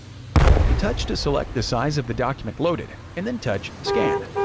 touch to select the size of the document loaded, and then touch scan.